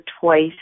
twice